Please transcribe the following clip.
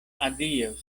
adiaŭ